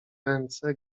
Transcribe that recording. ręce